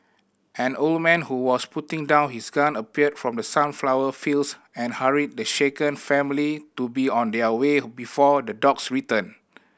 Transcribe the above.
an old man who was putting down his gun appeared from the sunflower fields and hurried the shaken family to be on their way before the dogs return